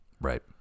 right